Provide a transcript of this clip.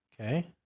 Okay